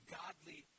godly